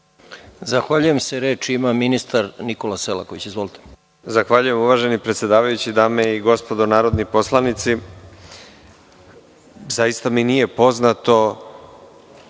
Zahvaljujem se. Reč ima ministar Nikola Selaković. Izvolite.